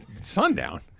sundown